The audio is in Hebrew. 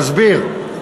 אסביר: